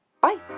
Bye